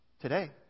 today